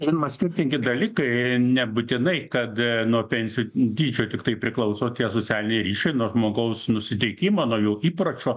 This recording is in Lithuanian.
žinoma skirtingi dalykai nebūtinai kad nuo pensijų dydžio tiktai priklauso tie socialiniai ryšiai nuo žmogaus nusiteikimo nuo jo įpročio